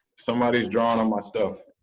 somebody is drawing on my stuff.